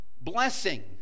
blessing